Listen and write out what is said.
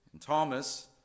Thomas